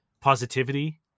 positivity